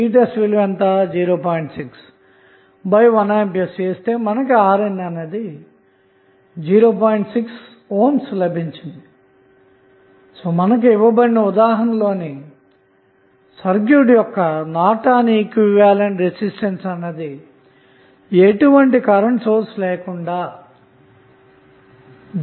6 లభిస్తుంది ఇవ్వబడిన ఉదాహరణ లోని సర్క్యూట్ యొక్క నార్టన్ ఈక్వివలెంట్ అన్నది ఎటువంటి కరెంటు సోర్స్ లేకుండా 0